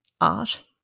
art